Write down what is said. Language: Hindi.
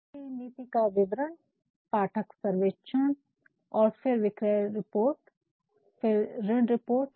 जैसे कि नीति का विवरण पाठक सर्वेंक्षण और फिर विक्रय रिपोर्ट फिर ऋण रिपोर्ट